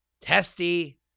testy